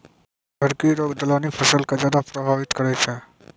झड़की रोग दलहनी फसल के ज्यादा प्रभावित करै छै